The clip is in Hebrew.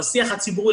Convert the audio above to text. בשיח הציבורי,